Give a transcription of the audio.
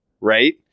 right